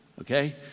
okay